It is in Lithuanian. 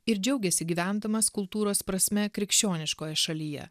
ir džiaugiasi gyvendamas kultūros prasme krikščioniškoje šalyje